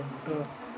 ଖଟ